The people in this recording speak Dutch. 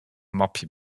mapje